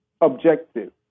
objective